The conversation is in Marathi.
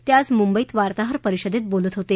ते आज मुंबईत वार्ताहर परिषदेत बोलत होते